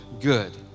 good